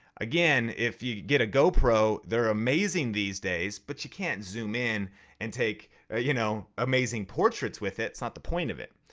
again if you get a gopro, they're amazing these days but you can't zoom in and take you know amazing portraits with it, it's not the point of it.